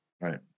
Right